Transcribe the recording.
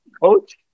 Coach